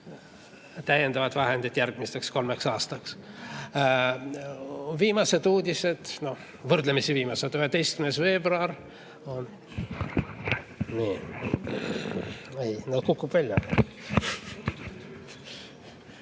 täiendavaid vahendeid järgmiseks kolmeks aastaks. Viimased uudised, no võrdlemisi viimased, 11. veebruar